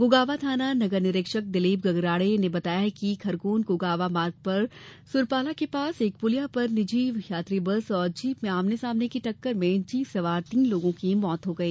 गोगावा थाना नगर निरीक्षक दिलीप गंगराड़े ने बताया कि खरगोन गोगावा मार्ग पर सुरपाला के पास एक पुलिया पर एक निजी यात्री बस और जीप में आमने सामने हुई टक्कर में जीप सवार तीन लोगों की मौत हो गई